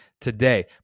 today